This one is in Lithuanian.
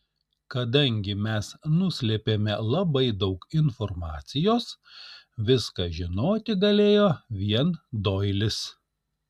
kadangi mes nuslėpėme labai daug informacijos viską žinoti galėjo vien doilis